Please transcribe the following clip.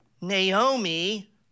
Naomi